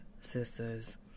sisters